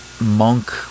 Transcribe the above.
monk